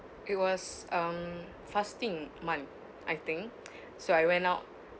it was um fasting month I think so I went out